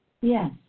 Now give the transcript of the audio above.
Yes